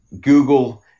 Google